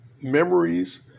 memories